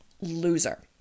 loser